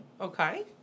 Okay